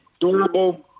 durable